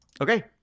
Okay